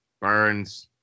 Burns